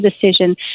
decision